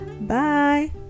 Bye